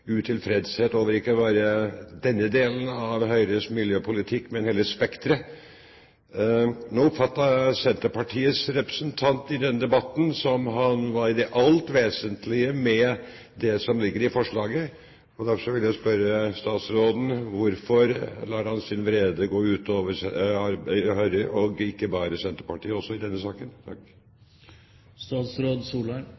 utilfredshet over ikke bare denne delen av Høyres miljøpolitikk, men hele spekteret. Nå oppfattet jeg Senterpartiets representant i denne debatten som om han i det alt vesentlige var enig i det som ligger i forslaget. Derfor vil jeg spørre statsråden: Hvorfor lar han sin vrede gå ut over bare Høyre og ikke Senterpartiet også i denne saken?